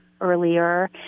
earlier